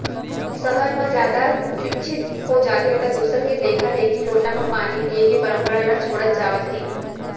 सहर म जादा सिक्छित हो जाथें त दूसर के देखा देखी लोटा म पानी दिये के परंपरा ल छोड़त जावत हें